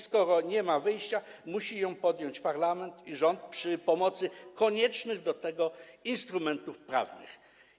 Skoro nie ma wyjścia, musi ją podjąć parlament i rząd przy pomocy koniecznych do tego instrumentów prawnych.